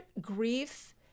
grief